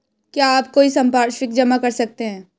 क्या आप कोई संपार्श्विक जमा कर सकते हैं?